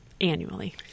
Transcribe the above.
annually